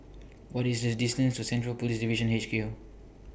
What IS The distance to Central Police Division H Q